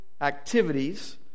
activities